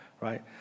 right